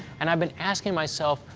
and i've been asking myself,